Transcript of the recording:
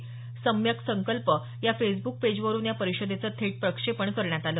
सम्यक संकल्प या फेसबुक पेजवरून या परिषदेचं थेट प्रक्षेपण करण्यात आलं